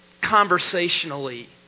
conversationally